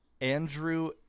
Andrew